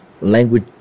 language